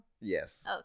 Yes